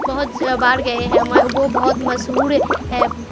بہت بار گئے ہیں وہ بہت مشہور ہے